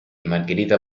margherita